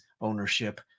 ownership